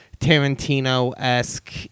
Tarantino-esque